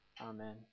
Amen